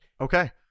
okay